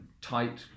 tight